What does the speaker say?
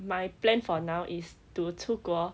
my plan for now is to 出国